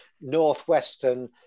Northwestern